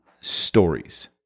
stories